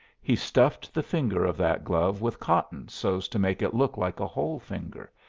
he stuffed the finger of that glove with cotton so's to make it look like a whole finger,